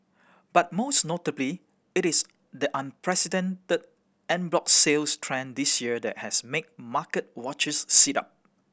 but most notably it is the unprecedented en bloc sales trend this year that has made market watchers sit up